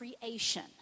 creation